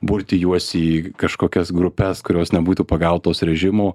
burti juos į kažkokias grupes kurios nebūtų pagautos režimo